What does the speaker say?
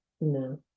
No